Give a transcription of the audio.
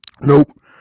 Nope